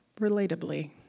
relatably